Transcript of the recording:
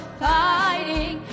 fighting